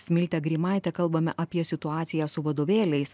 smilte greimaite kalbame apie situaciją su vadovėliais